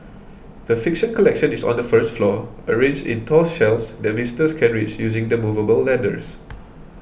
the fiction collection is on the first floor arranged in tall shelves that visitors can reach using the movable ladders